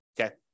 okay